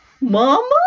Mama